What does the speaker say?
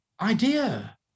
idea